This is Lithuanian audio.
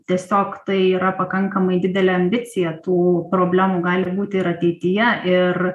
tiesiog tai yra pakankamai didelė ambicija tų problemų gali būti ir ateityje ir